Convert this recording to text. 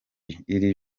iri